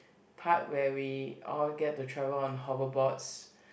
part where we all get to travel on hover boards